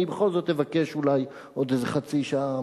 אני בכל זאת אבקש אולי עוד איזה חצי שעה,